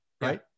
right